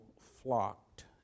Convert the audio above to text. flocked